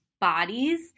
bodies